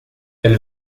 elle